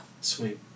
Sweet